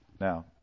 Now